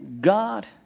God